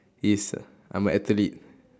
is I'm an athlete